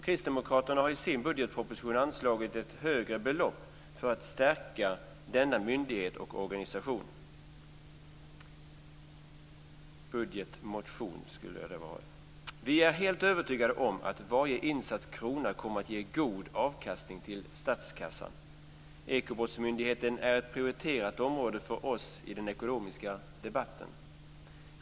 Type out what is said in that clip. Kristdemokraterna har i sin budgetmotion anslagit ett högre belopp för att stärka denna myndighet och organisation. Vi är helt övertygade om att varje insatt krona kommer att ge god avkastning till statskassan. Ekobrottsmyndigheten är ett prioriterat område för oss i den ekonomiska debatten.